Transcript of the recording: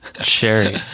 Sherry